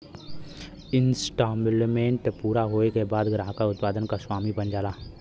instalment पूरा होये के बाद ग्राहक उत्पाद क स्वामी बन जाला